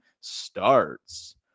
starts